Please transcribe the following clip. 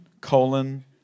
colon